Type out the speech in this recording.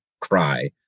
cry